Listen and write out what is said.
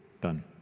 Done